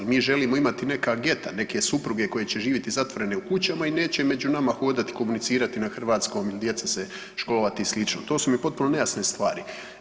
Mi želimo imati neka geta, neke supruge koje će živjeti zatvorene u kućama i neće među nama hodati i komunicirati na hrvatskom, djeca se školovati i slično, to su mi potpuno nejasne stvari.